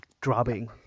drubbing